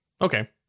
Okay